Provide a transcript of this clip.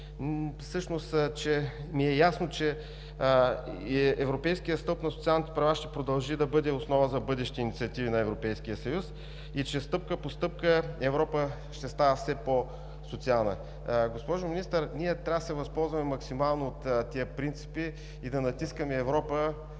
и ми е ясно, че Европейският стълб на социалните права ще продължи да бъде основа за бъдещи инициативи на Европейския съюз и че стъпка по стъпка Европа ще става все по-социална. Госпожо Министър, ние трябва да се възползваме максимално от тези принципи и да натискаме Европа,